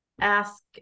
ask